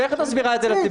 איך את מסבירה את זה לציבור?